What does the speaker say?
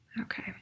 Okay